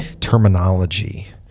terminology